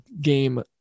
game